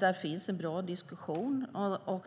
Där finns en bra diskussion.